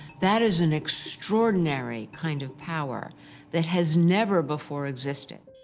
that is an extraordinary kind of power that has never before existed.